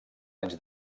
anys